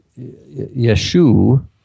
Yeshu